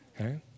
Okay